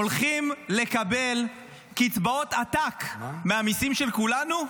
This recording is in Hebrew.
הולכים לקבל קצבאות עתק מהמיסים של כולנו?